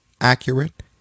accurate